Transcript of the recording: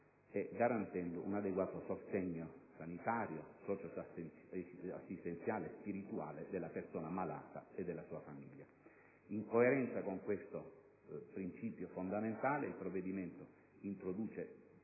e garantendo un adeguato sostegno sanitario, socio‑assistenziale e spirituale della persona malata e della sua famiglia. In coerenza con questo principio fondamentale, il provvedimento introduce